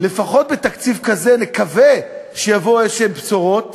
לפחות בתקציב כזה, נקווה שיבואו בשורות